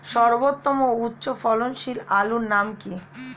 সর্বোত্তম ও উচ্চ ফলনশীল আলুর নাম কি?